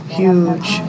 huge